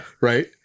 Right